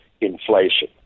inflation